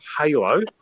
Halo